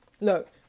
Look